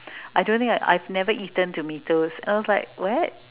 I don't think I've never eaten tomatoes and I was like what